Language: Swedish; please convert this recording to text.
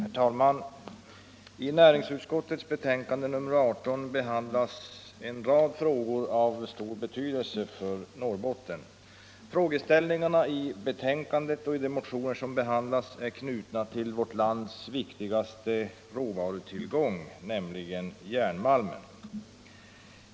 Herr talman! I näringsutskottets betänkande nr 18 berörs en rad frågor av stor betydelse för Norrbotten. Frågeställningarna i betänkandet och i de motioner som behandlas är knutna till en av vårt lands viktigaste råvarutillgångar, nämligen järnmalmen.